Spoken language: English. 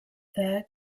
there